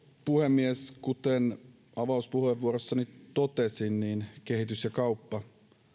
puhemies kuten avauspuheenvuorossani totesin kehitys ja kauppa